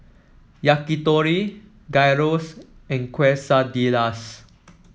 Yakitori Gyros and Quesadillas